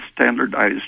standardized